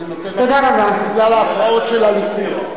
אני נותן לך בגלל ההפרעות של הליכוד.